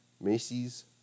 Macy's